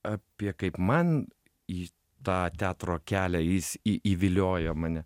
apie kaip man į tą teatro kelią jis į įviliojo mane